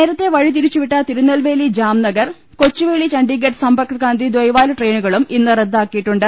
നേരത്തെ വഴിതിരിച്ചുവിട്ട തിരുനെൽവേലി ജാംനഗർ കൊച്ചുവേളി ചണ്ഡീഗഡ് സമ്പർക്കക്രാന്തി ദൈവാര ട്രെയിനുകളും ഇന്ന് റദ്ദാക്കിയിട്ടുണ്ട്